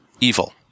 evil